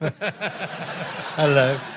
Hello